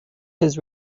his